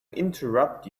interrupt